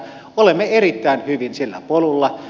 olemme erittäin hyvin sillä polulla